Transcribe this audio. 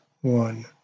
one